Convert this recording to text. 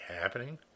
happening